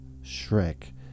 Shrek